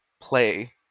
play